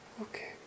Okay